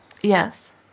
Yes